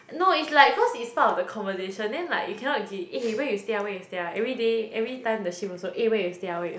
no is like cause it's part of the conversation then like you cannot be eh where you stay ah where you stay ah everyday every time the shift also eh where you stay ah where you